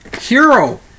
hero